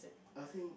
I think